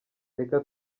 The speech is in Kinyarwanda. reka